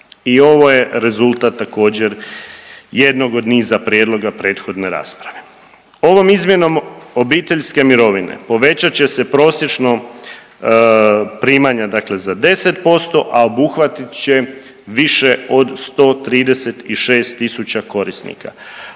I ovo je rezultat također jednog od niza prijedloga prethodne rasprava. Ovom izmjenom obiteljske mirovine povećat će se prosječno primanja dakle za 10%, a obuhvatit će više od 136.000 korisnika.